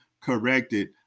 corrected